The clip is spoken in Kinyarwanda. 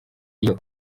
iyo